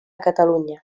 catalunya